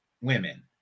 women